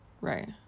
Right